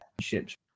ships